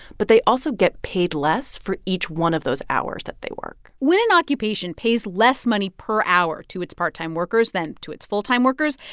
but they also get paid less for each one of those hours that they work when an occupation pays less money per hour to its part-time workers than to its full-time workers,